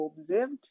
observed